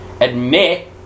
admit